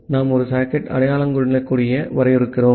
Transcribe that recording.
நாம் ஒரு சாக்கெட் அடையாளங்காட்டியை வரையறுக்கிறோம்